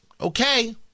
okay